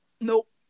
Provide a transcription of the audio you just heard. Nope